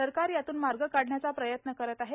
सरकार यातून मार्ग काढण्याचा प्रयत्न करत आहे